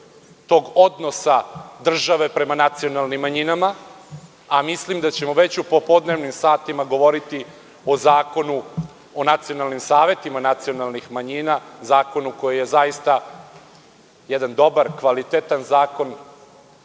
tog odnosa države prema nacionalnim manjinama, a mislim da ćemo već u popodnevnim satima govoriti o Zakonu o nacionalnim savetima nacionalnim manjina. Zakon koji je zaista jedan dobar, kvalitetan zakon,